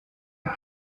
und